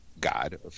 god